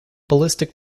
ballistic